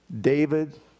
David